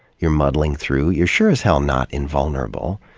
you're muddling through, you're sure as hell not invulnerable.